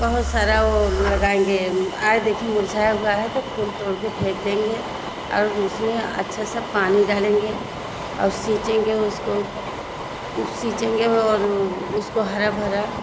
बहुत सारा वो लगाएंगे आए देखें मुरझाया हुआ है तो फूल तोड़ के फेंक देंगे और उसमें अच्छा सा पानी डालेंगे और सीचेंगे उसको कुछ सीचेंगे और उसको हरा भरा